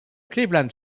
cleveland